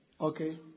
Okay